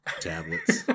tablets